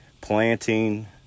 planting